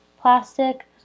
plastic